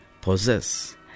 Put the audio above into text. possess